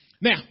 Now